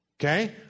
Okay